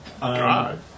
God